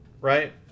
right